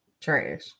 Trash